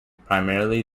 primarily